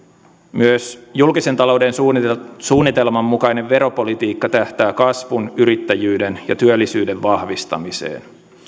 myös julkisen talouden suunnitelman mukainen veropolitiikka tähtää kasvun yrittäjyyden ja työllisyyden vahvistamiseen